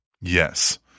Yes